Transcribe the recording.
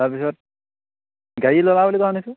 তাৰপিছত গাড়ী ল'লা বুলি কোৱা শুনিছোঁ